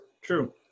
True